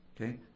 Okay